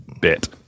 bit